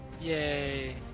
Yay